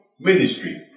ministry